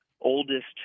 oldest